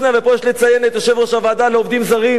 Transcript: ופה יש לציין את יושב-ראש הוועדה לעובדים זרים,